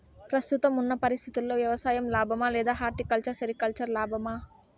ప్రస్తుతం ఉన్న పరిస్థితుల్లో వ్యవసాయం లాభమా? లేదా హార్టికల్చర్, సెరికల్చర్ లాభమా?